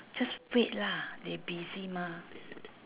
just wait lah they busy mah